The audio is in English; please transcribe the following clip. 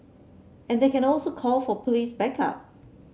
and they can also call for police backup